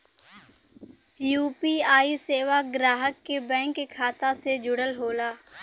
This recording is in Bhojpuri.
यू.पी.आई सेवा ग्राहक के बैंक खाता से जुड़ल होला